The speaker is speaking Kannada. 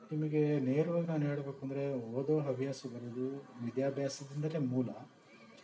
ನಿಮಗೆ ನೇರ್ವಾಗಿ ನಾನು ಹೇಳಬೇಕುಂದ್ರೆ ಓದೋವ ಹವ್ಯಾಸ ಬರೋದು ವಿದ್ಯಾಭ್ಯಾಸದಿಂದಲೇ ಮೂಲ